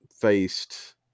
faced